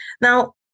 Now